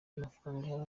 amafaranga